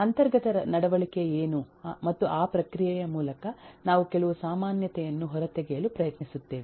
ಅಂತರ್ಗತ ನಡವಳಿಕೆ ಏನು ಮತ್ತು ಆ ಪ್ರಕ್ರಿಯೆಯ ಮೂಲಕ ನಾವು ಕೆಲವು ಸಾಮಾನ್ಯತೆಯನ್ನು ಹೊರತೆಗೆಯಲು ಪ್ರಯತ್ನಿಸುತ್ತೇವೆ